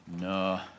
No